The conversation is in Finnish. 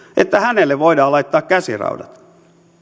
voidaan laittaa käsiraudat